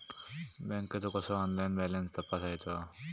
बँकेचो कसो online balance तपासायचो?